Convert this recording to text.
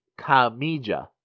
Kamija